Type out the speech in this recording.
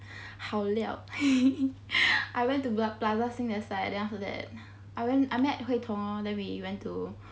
好料 I went to plaza sing that side then after that I went I met hui tong then we went to